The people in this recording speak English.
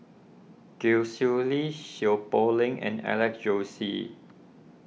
Gwee Sui Li Seow Poh Leng and Alex Josey